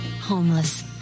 homeless